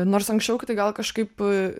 nors anksčiau tai gal kažkaip